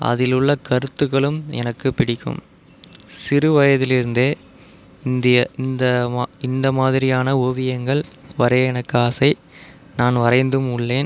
அதில் உள்ள கருத்துகளும் எனக்கு பிடிக்கும் சிறு வயதிலிருந்தே இந்திய இந்த மா இந்த மாதிரியான ஓவியங்கள் வரைய எனக்கு ஆசை நான் வரைந்தும் உள்ளேன்